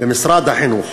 במשרד החינוך